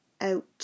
Out